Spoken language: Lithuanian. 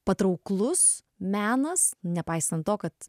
patrauklus menas nepaisant to kad